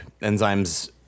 enzymes